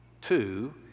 two